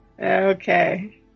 Okay